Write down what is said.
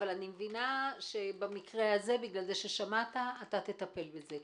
אבל אני מבינה שבמקרה הזה כי שמעת אתה תטפל בזה.